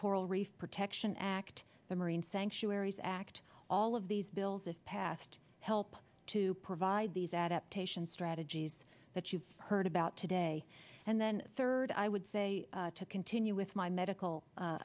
coral reef protection act the marine sanctuaries act all of these bills if passed help to provide these adaptation strategies that you've heard about today and then third i would say to continue with my medical